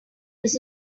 this